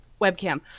webcam